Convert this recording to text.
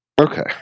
Okay